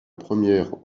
première